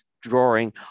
drawing